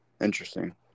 Interesting